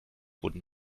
wurden